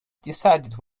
decided